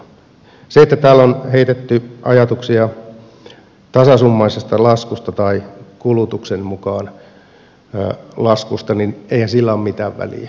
kun täällä on heitetty ajatuksia tasasummaisesta laskusta tai kulutuksen mukaisesta laskusta niin eihän sillä ole mitään väliä